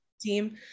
team